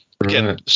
again